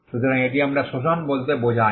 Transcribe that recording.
সুতরাং এটি আমরা শোষণ বলতে বোঝাতে চাই